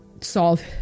solve